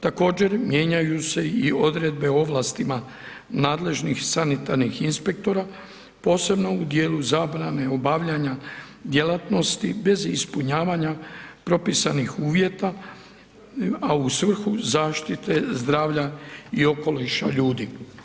Također mijenjaju se i odredbe o ovlastima nadležnih sanitarnih inspektora, posebno u dijelu zabrane obavljanja djelatnosti bez ispunjavanja propisanih uvjeta, a u svrhu zaštite zdravlja i okoliša ljudi.